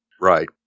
Right